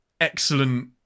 excellent